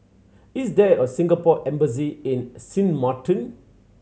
is there a Singapore Embassy in Sint Maarten